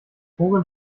worin